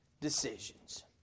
decisions